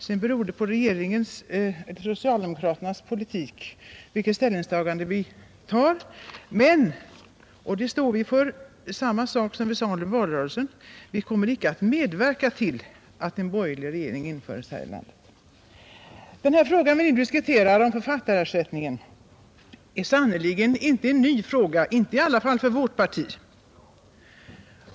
Sedan beror det på socialdemokraternas politik vilket resultat det blir här i kammaren, men vi står för vad vi sade under valrörelsen: Vi kommer inte att medverka till att en borgerlig regering införes här i landet. Den fråga vi nu diskuterar, som gäller författarersättningen, är sannerligen inte ny, i varje fall inte för vårt parti.